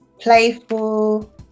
playful